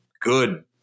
good